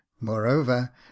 moreover